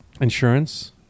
Insurance